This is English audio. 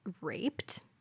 raped